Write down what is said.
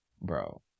Bro